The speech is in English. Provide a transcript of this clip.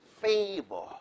Favor